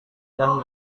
dan